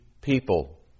people